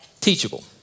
teachable